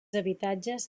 habitatges